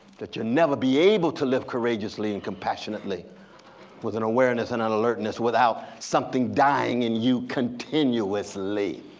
that you'll never be able to live courageously and compassionately with an awareness and an alertness without something dying in you continuously.